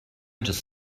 just